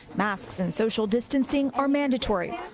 masks and social distancing are mandatory.